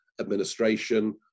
administration